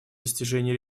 достижения